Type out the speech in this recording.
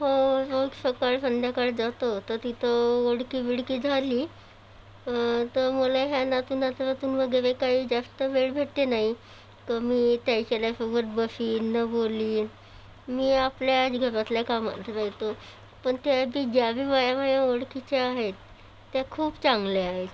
हो रोज सकाळ संध्याकाळ जातो तर तिथं ओळखी बिळखी झाली तर मला ह्या नातू नातवातून वगैरे काही जास्त वेळ भेटत नाही तर मी त्याच्याल्यासोबत बसेन आणि बोलेन मी आपल्याच घरातल्या कामात राहतो पण त्या ती ज्या बी बाया माझ्या ओळखीच्या आहेत त्या खूप चांगल्या आहेत